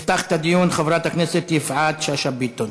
תפתח את הדיון חברת הכנסת יפעת שאשא ביטון.